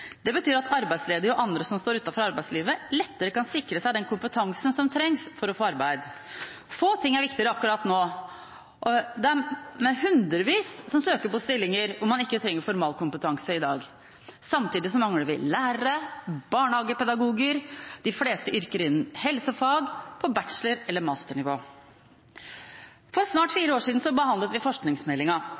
Det betyr at arbeidsledige og andre som står utenfor arbeidslivet, lettere kan sikre seg den kompetansen som trengs for å få arbeid. Få ting er viktigere akkurat nå. Det er hundrevis som søker stillinger hvor man ikke trenger formal kompetanse, i dag. Samtidig mangler vi lærere og barnehagepedagoger og de fleste yrker innen helsefag på bachelor- eller masternivå. For snart fire år siden behandlet vi forskningsmeldinga.